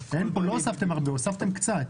לא הוספתם הרבה, הוספתם קצת.